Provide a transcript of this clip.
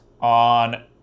on